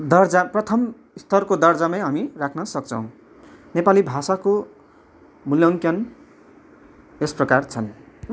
दर्जा प्रथम स्तरको दर्जामा हामी राख्न सक्छौँ नेपाली भाषाको मूल्याङ्कन यस प्रकार छन्